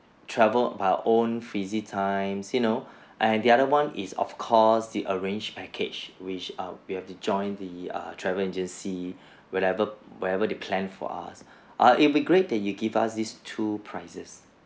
travel by own freezy times you know and the other one is of course the arranged package which err we have to join the err travel agency wherever wherever they planned for us err it'll be great that you give us these two prices